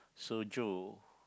soju